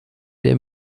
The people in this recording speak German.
der